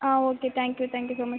ah okay thank you thank you so much